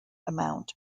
amount